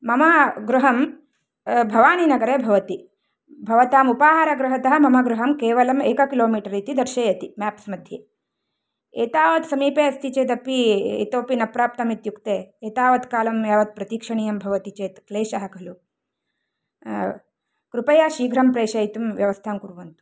मम गृहं भवानीनगरे भवति भवताम् उपाहारगृहतः मम गृहं केवलम् एक किलोमीटर् इति दर्शयति मेप्स् मध्ये एतावत् समीपे अस्ति चेदपि इतोऽपि न प्राप्तम् इत्युक्ते एतावत् कालं यावत् प्रतीक्षणीयं भवति चेत् क्लेशः खलु कृपया शीघ्रं प्रेषयितुं व्यवस्थां कुर्मः